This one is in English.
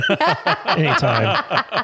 Anytime